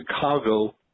Chicago